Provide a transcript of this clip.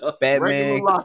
Batman